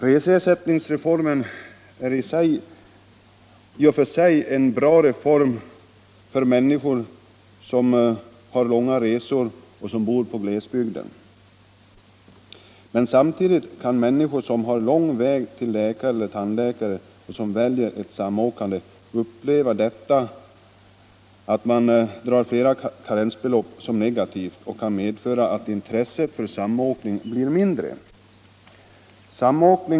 Reseersättningsreformen är i och för sig en bra reform för människor i glesbygderna som måste företa långa resor. Men samtidigt kan människor som har lång väg till läkare eller tandläkare och därför väljer att samåka uppleva detta med flera karensbelopp som något negativt, och det kan medföra att intresset för samåkning blir mindre.